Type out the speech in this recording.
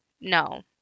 no